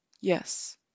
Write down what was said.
Yes